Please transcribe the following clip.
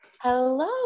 Hello